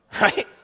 Right